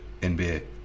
NBA